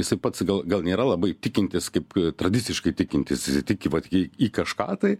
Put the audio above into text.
jisai pats gal gal nėra labai tikintis kaip tradiciškai tikintis jisai tiki vat į į kažką tai